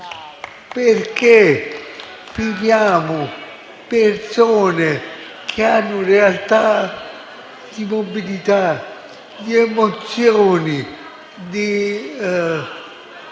Perché prendiamo persone che hanno realtà di mobilità, di emozioni e